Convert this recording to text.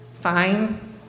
fine